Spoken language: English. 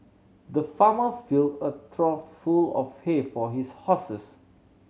the farmer filled a trough full of hay for his horses